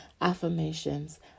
Affirmations